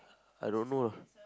I don't know lah